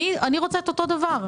אלא אני רוצה אותו הדבר.